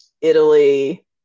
italy